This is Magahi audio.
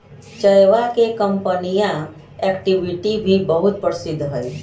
चयवा के कंपनीया एक्टिविटी भी बहुत प्रसिद्ध हई